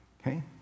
Okay